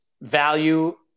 value